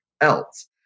else